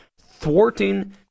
thwarting